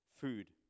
food